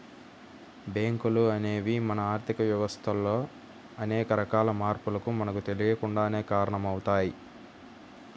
బ్యేంకులు అనేవి మన ఆర్ధిక వ్యవస్థలో అనేక రకాల మార్పులకు మనకు తెలియకుండానే కారణమవుతయ్